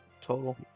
total